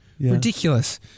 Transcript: Ridiculous